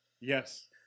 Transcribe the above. Yes